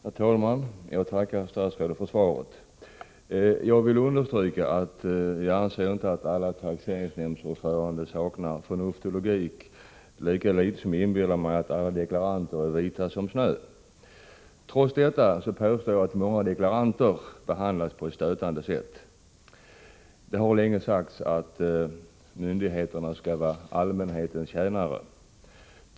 Herr talman! Jag tackar statsrådet för svaret. Tisdagen den Jag vill understryka att jag inte anser att alla taxeringsnämndsordförande 427 november 1984 saknar förnuft och logik, lika litet som jag inbillar mig att alla deklaranter är vita som snö. Trots detta påstår jag att många deklaranter behandlas på ett : Om kompensation stötande sätt. Det har länge sagts att myndigheterna skall vara allmänhetens tillhandikappade tjänare.